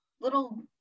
little